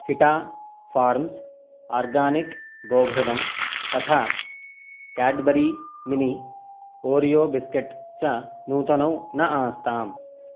हिटा farms organic गोघृतं तथा Cadbury mini Oreo biscuit च नूतनौ न आस्ताम्